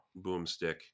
boomstick